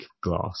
glass